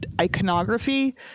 iconography